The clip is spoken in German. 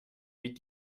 wie